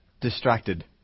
distracted